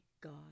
God